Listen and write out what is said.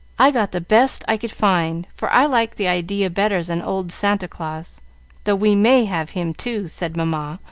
i got the best i could find, for i like the idea better than old santa claus though we may have him, too, said mamma,